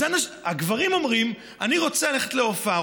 הגברים אומרים: אני רוצה ללכת להופעה,